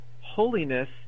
holiness